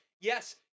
Yes